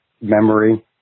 memory